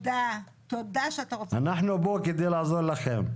אנחנו פה כדי לעזור לכם.